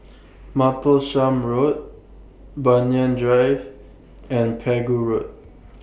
Martlesham Road Banyan Drive and Pegu Road